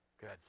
Good